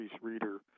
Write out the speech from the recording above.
reader